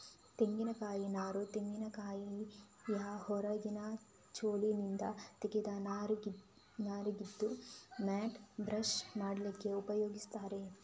ತೆಂಗಿನ ನಾರು ತೆಂಗಿನಕಾಯಿಯ ಹೊರಗಿನ ಚೋಲಿನಿಂದ ತೆಗೆದ ನಾರಾಗಿದ್ದು ಮ್ಯಾಟ್, ಬ್ರಷ್ ಮಾಡ್ಲಿಕ್ಕೆ ಉಪಯೋಗಿಸ್ತಾರೆ